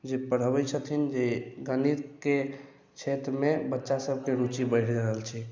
जे पढ़बै छथिन जे गणितके क्षेत्रमे बच्चा सभके रुचि बढ़ि रहल छै